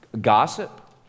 Gossip